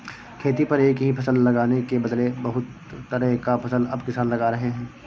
खेती पर एक ही फसल लगाने के बदले बहुत तरह का फसल अब किसान लगा रहे हैं